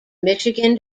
michigan